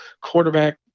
quarterback